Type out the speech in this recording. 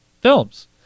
films